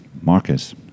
Marcus